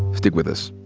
stick with us.